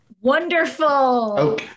Wonderful